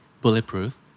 Bulletproof